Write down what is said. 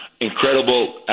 Incredible